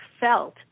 felt